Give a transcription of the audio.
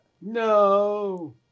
No